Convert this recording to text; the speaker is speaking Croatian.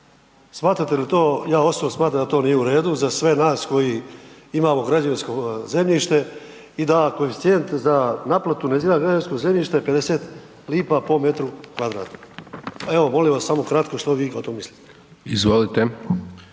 Smatrate li to, ja osobno smatram da to nije u redu za sve nas koji imamo građevinsko zemljište i da koeficijent za naplatu neizgrađenog građevinskog zemljišta je 50 lipa po metru kvadratnom. Evo molim vas samo kratko što vi o tome mislite.